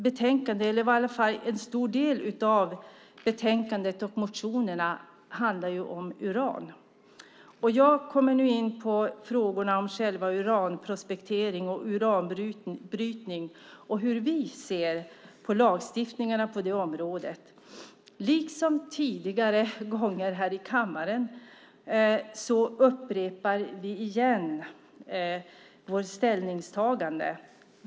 En stor del av betänkandet och motionerna handlar om uran. Jag kommer nu in på frågorna om uranprospektering och uranbrytning och hur vi ser på lagstiftningen på det området. Liksom tidigare gånger här i kammaren upprepar vi vårt ställningstagande.